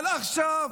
אבל עכשיו